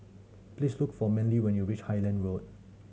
please look for Manly when you reach Highland Road